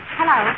hello